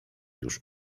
już